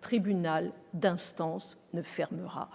tribunal d'instance ne fermera